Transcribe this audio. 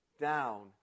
down